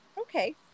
Okay